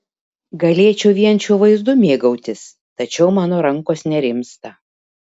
galėčiau vien šiuo vaizdu mėgautis tačiau mano rankos nerimsta